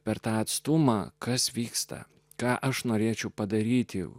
per tą atstumą kas vyksta ką aš norėčiau padaryti